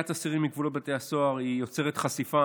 יציאת אסירים מגבולות בתי הסוהר יוצרת חשיפה,